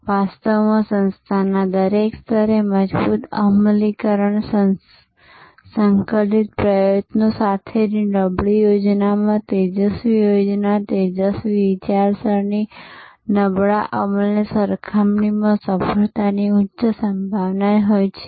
વાસ્તવમાં સંસ્થાના દરેક સ્તરે મજબૂત અમલીકરણના સંકલિત પ્રયત્નો સાથેની નબળી યોજનામાં તેજસ્વી યોજના તેજસ્વી વિચારસરણી નબળા અમલની સરખામણીમાં સફળતાની ઉચ્ચ સંભાવના હોય છે